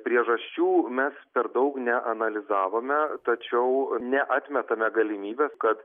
priežasčių mes per daug neanalizavome tačiau neatmetame galimybės kad